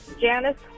Janice